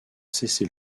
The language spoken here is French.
cessez